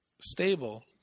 stable